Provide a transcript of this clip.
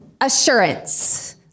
assurance